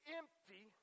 empty